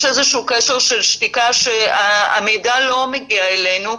יש איזשהו קשר של שתיקה שהמידע לא מגיע אלינו,